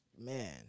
man